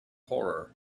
horror